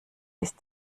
ist